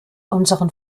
unseren